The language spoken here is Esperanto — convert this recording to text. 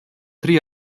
tri